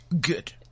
good